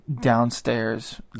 downstairs